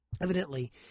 Evidently